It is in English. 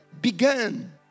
began